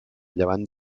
llevant